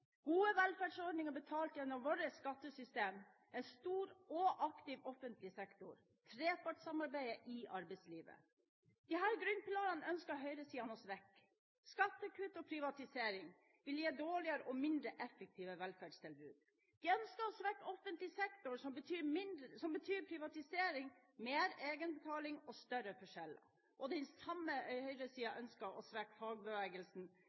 gode velferdsordninger betalt gjennom vårt skattesystem en stor og aktiv offentlig sektor trepartssamarbeidet i arbeidslivet Disse grunnpilarene ønsker høyresiden å svekke. Skattekutt og privatisering vil gi dårligere og mindre effektive velferdstilbud. De ønsker å svekke offentlig sektor, noe som betyr privatisering, mer egenbetaling og større forskjeller. Den samme høyresiden ønsker å svekke fagbevegelsen,